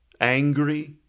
angry